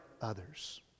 others